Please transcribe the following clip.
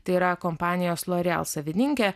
tai yra kompanijos loreal savininkė